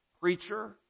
preacher